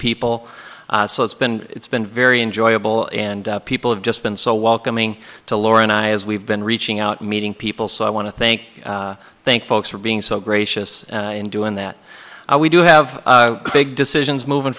people so it's been it's been very enjoyable and people have just been so welcoming to laura and i as we've been reaching out and meeting people so i want to thank thank folks for being so gracious in doing that we do have big decisions moving